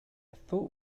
thought